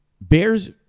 Bears